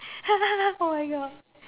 oh my god